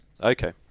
Okay